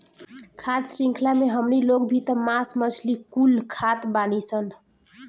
खाद्य शृंख्ला मे हमनी लोग भी त मास मछली कुल खात बानीसन